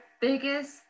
biggest